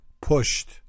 pushed